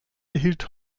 erhielt